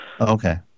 Okay